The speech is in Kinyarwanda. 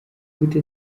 gute